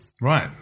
Right